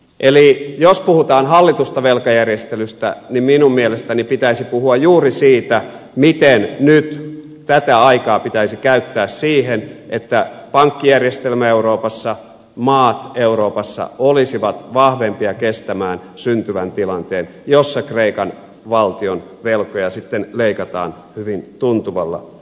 eli jos puhutaan hallitusta velkajärjestelystä niin minun mielestäni pitäisi puhua juuri sitä miten nyt tätä aikaa pitäisi käyttää siihen että pankkijärjestelmä euroopassa ja maat euroopassa olisivat vahvempia kestämään syntyvän tilanteen jossa kreikan valtion velkoja sitten leikataan hyvin tuntuvalla tavalla